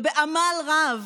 שבעמל רב